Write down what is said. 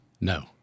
No